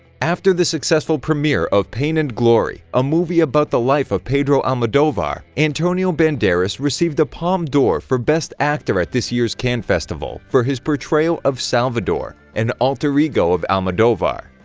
after the successful premiere of pain and glory, a movie about the life of pedro almodovar, antonio banderas received a palme d'or for best actor at this year's cannes festival, for his portrayal of salvador, an alter ego of almodovar.